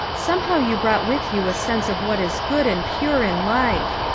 somehow you brought with you a sense of what is good and pure in life.